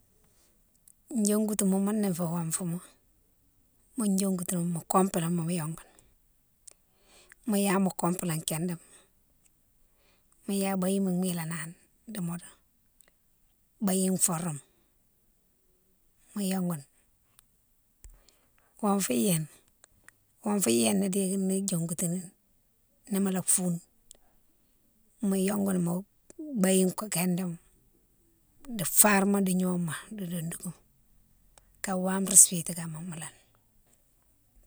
Yongoutouma younné fé wonfou ma, mo diongoutoune mo compléma mo yongoune, mo ya mo complé kindé ma, mo ya biyima miléna ni di modo, bayi foroma, mo yongouni. Wonfou gnénan, wonfou yéna dékini thiogotini, ni mola foune mo yongou mo bayi kindéma di fare ma di gnoma di dondokouma, ka wama siti kama mo loni.